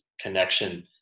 connection